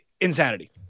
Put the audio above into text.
insanity